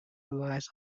relies